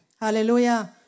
Hallelujah